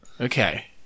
Okay